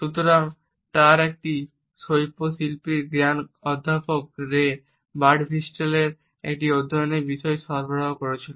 সুতরাং তাঁর এই শিল্পশৈলীর অন্তর্দৃষ্টি অধ্যাপক রে বার্ডভিস্টেলকে একটি অধ্যয়নের বিষয় সরবরাহ করেছিল